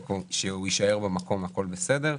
שהוא יישאר על כנו והכול בסדר.